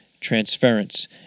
transference